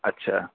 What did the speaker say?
اچھا